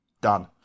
done